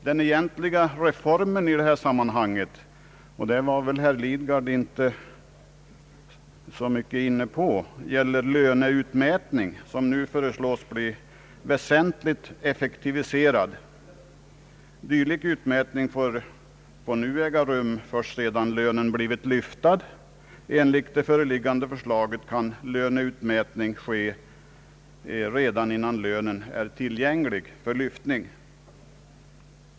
Den egentliga reformen — den har väl herr Lidgard inte berört i någon vidare mån — gäller löneutmätning, som föreslås bli väsentligt effektiviserad. Dylik utmätning får nu äga rum först sedan lönen blivit lyftad. Enligt föreliggande förslag kan löneutmätning ske redan innan lönen är tillgänglig för lyftning.